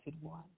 One